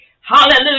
Hallelujah